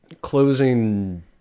closing